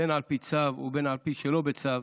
בין שעל פי צו ובין שלא בצו,